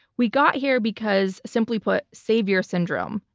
we got here because, simply put, savior syndrome.